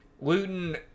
Luton